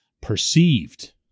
perceived